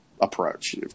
approach